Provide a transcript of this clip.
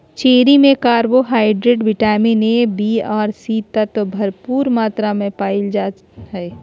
cherry में carbohydrate, vitamin A, B आर C तत्व भरपूर मात्रा में पायल जा हइ